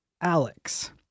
Alex